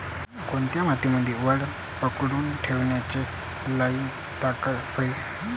कोनत्या मातीमंदी वल पकडून ठेवण्याची लई ताकद हाये?